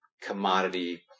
commodity